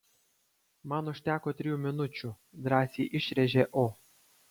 man užteko trijų minučių drąsiai išrėžė o